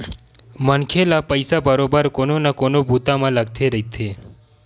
मनखे ल पइसा बरोबर कोनो न कोनो बूता म लगथे रहिथे